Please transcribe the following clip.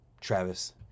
Travis